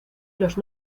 los